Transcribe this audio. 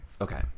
okay